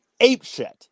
apeshit